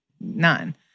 None